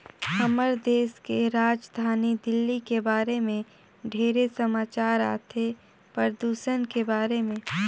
हमर देश के राजधानी दिल्ली के बारे मे ढेरे समाचार आथे, परदूषन के बारे में